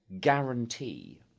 guarantee